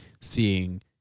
seeing